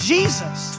Jesus